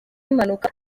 impanuka